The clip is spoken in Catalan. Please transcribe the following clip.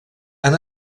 han